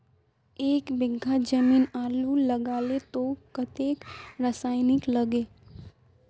एक बीघा जमीन आलू लगाले तो कतेक रासायनिक लगे?